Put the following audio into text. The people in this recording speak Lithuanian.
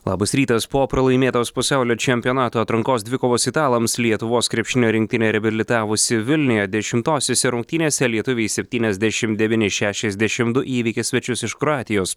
labas rytas po pralaimėtos pasaulio čempionato atrankos dvikovos italams lietuvos krepšinio rinktinė reabilitavosi vilniuje dešimtosiose rungtynėse lietuviai septyniasdešimt devyni šešiasdešimt du įveikė svečius iš kroatijos